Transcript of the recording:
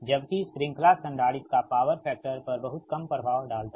जबकि श्रृंखला संधारित्र का पावर फैक्टर पर बहुत कम प्रभाव डालता है